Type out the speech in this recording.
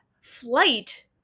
Flight